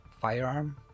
firearm